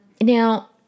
Now